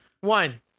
One